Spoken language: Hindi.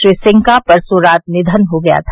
श्री सिंह का परसों रात निधन हो गया था